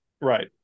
Right